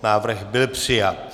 Návrh byl přijat.